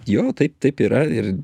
jo taip taip yra ir